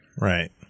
Right